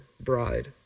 bride